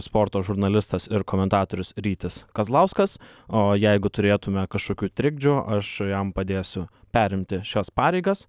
sporto žurnalistas ir komentatorius rytis kazlauskas o jeigu turėtume kažkokių trikdžių aš jam padėsiu perimti šias pareigas